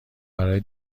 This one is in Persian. برای